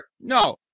no